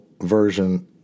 version